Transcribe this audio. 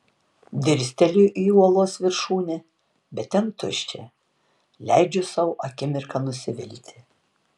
dirsteliu į uolos viršūnę bet ten tuščia leidžiu sau akimirką nusivilti